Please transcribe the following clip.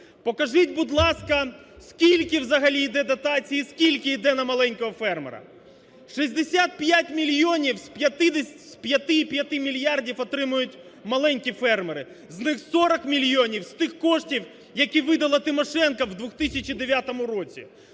Покажіть, будь ласка, скільки взагалі йде дотацій і скільки йде на маленького фермера. 65 мільйонів з 5,5 мільярдів отримують маленькі фермери. З них 40 мільйонів з тих коштів, які видала Тимошенко в 2009 році.